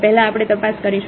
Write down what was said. પહેલા આપણે તપાસ કરીશું